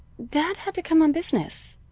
dad had to come on business,